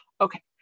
Okay